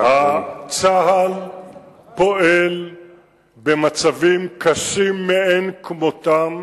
צה"ל פועל במצבים קשים מאין כמותם,